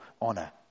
honor